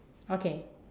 okay